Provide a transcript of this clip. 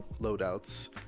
loadouts